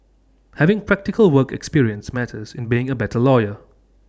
having practical work experience matters in being A better lawyer